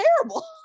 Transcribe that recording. terrible